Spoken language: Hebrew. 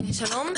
שלום,